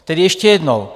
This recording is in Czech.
Tedy ještě jednou.